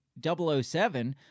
007